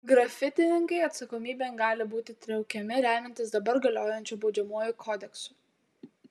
grafitininkai atsakomybėn gali būti traukiami remiantis dabar galiojančiu baudžiamuoju kodeksu